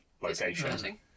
location